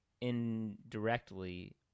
indirectly